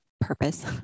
purpose